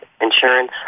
insurance